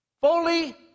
Fully